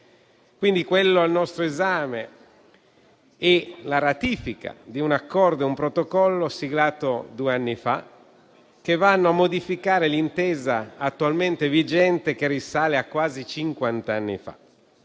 Quindi, quella al nostro esame è la ratifica di un Accordo e di un Protocollo siglati due anni fa, i quali vanno a modificare l'intesa attualmente vigente, che risale a quasi cinquanta anni fa.